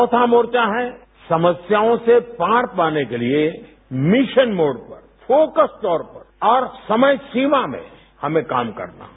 चौथा मोर्चा है समस्याओं से पार पाने के लिए मिशन मोड पर फोकस तौर पर और समय सीमा में हमें काम करना है